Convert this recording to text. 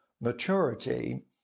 maturity